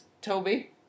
Toby